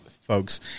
Folks